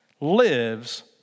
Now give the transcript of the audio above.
lives